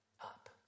up